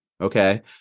Okay